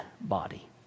body